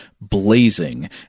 blazing